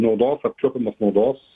naudos apčiuopiamos naudos